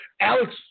Alex